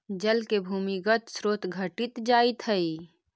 जल के भूमिगत स्रोत घटित जाइत हई